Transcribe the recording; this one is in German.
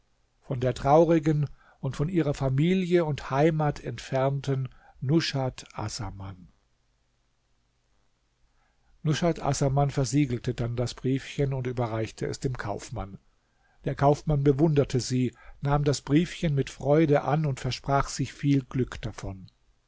von der traurigen und von ihrer familie und heimat entfernten nushat assaman nushat assaman versiegelte dann das briefchen und überreichte es dem kaufmann der kaufmann bewunderte sie nahm das briefchen mit freude an und versprach sich viel glück davon